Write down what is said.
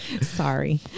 Sorry